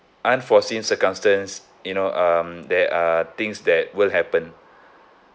unforeseen circumstance you know um there are things that will happen